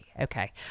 Okay